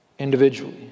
individually